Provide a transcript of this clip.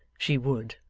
she would,